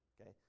okay